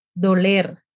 Doler